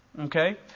Okay